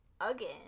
again